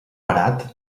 parat